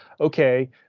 okay